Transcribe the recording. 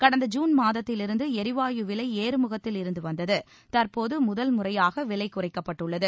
கடந்த ஜுன் மாதத்திலிருந்து எரிவாயு விலை ஏறுமுகத்தில் இருந்து வந்தது தற்போது முதல்முறையாக விலை குறைக்கப்பட்டுள்ளது